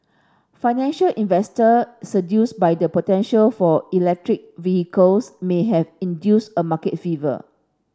financial investors seduced by the potential for electric vehicles may have induced a market fever